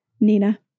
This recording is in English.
nina